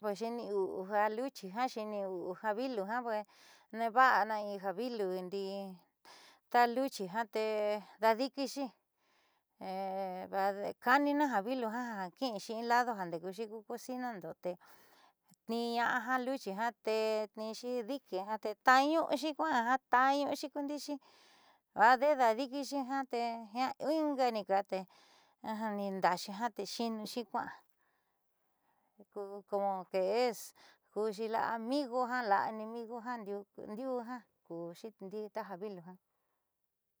Ja luchi xiinu'u xiiniu'uja xi vilu neeva'ana in ja vilu ndi'i taja luchi jiaa te daadi'ikixi kaánina ja vilu ja ki'inxi in ladu jandeekuuxi ku cosinando te tniiña'a ja luchi tniinxi diki jiaa taañu'uxi kua'a taañu'uxi kundiixi vaade'e daadi'ikixi jiaa tee inga niin nda'axi jiaa te xiinuxi la'a amigo ja la'a enemigo ndiuu jiaa kuuxi ja vilu ja.